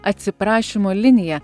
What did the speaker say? atsiprašymo linija